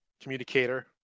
communicator